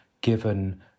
given